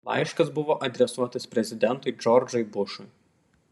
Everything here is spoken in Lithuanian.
laiškas buvo adresuotas prezidentui džordžui bušui